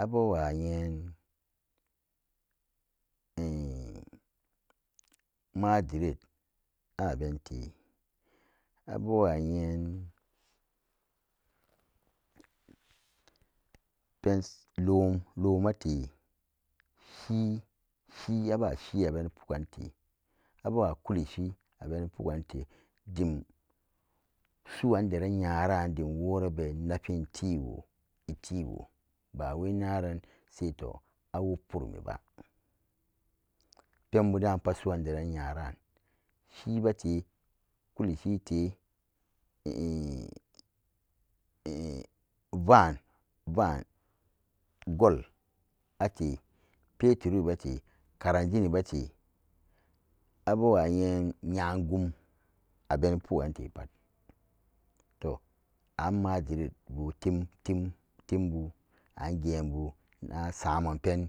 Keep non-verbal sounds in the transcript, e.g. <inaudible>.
Abewa nyen <hesitation> madrid abente abewa nyen <hesitation> lum-lumate shi-shi abashi abenipugan te abewa kulishi abeni pugante dim su'an deran yaran dimworabe nafin tiwo-etiwo bawai naran saito awuk puromiba penbu da'an pat su'an deran yaran shibete kuishite <hesitation> va'an-va'an gold ate petrol bete kananzir bete abewa nyen nyagum abeni pugante to an madrid <unintelligible> timbu an geenbu na samanpen